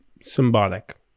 symbolic